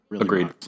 Agreed